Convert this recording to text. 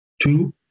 Two